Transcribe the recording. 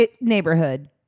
neighborhood